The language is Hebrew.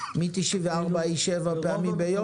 מ-1994 היא שבע פעמים ביום?